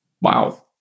Wow